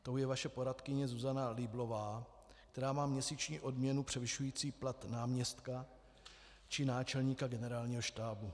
Tou je vaše poradkyně Zuzana Lieblová, která má měsíční odměnu převyšující plat náměstka či náčelníka Generálního štábu.